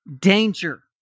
danger